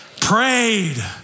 Prayed